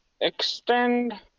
extend